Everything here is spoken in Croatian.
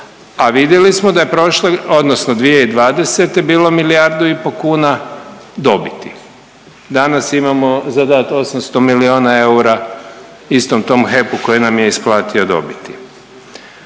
A vidjeli smo da je prošle odnosno 2020. bilo milijardu i po kuna dobiti. Danas imamo za dat 800 milijuna eura istom tom HEP-u koji nam je isplatio dobiti.